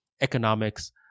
economics